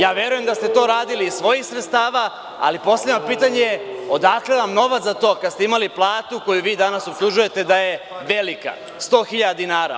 Ja verujem da ste to radili iz svojih sredstava, ali postavljam pitanje - odakle vam novac za to kada ste imali platu koju vi danas optužujete da je velika, 100 hiljada dinara?